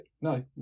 no